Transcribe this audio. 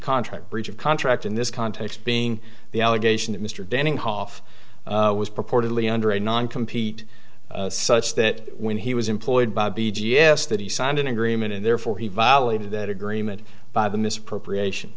contract breach of contract in this context being the allegation that mr denning hoff was purportedly under a non compete such that when he was employed by the g s that he signed an agreement and therefore he violated that agreement by the misappropriation